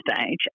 stage